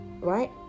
Right